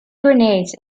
grenades